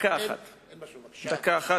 דקה אחת,